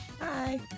Hi